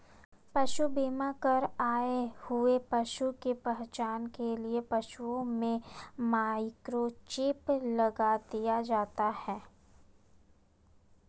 पशु बीमा कर आए हुए पशु की पहचान के लिए पशुओं में माइक्रोचिप लगा दिया जाता है